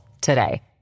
today